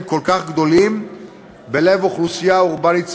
כל כך גדולים בלב אוכלוסייה אורבנית צפופה.